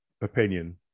opinion